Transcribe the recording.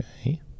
Okay